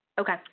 Okay